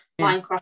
Minecraft